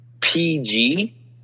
PG